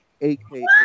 aka